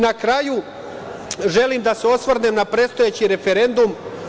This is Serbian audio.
Na kraju, želim da se osvrnem na predstojeći referendum.